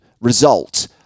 result